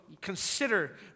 consider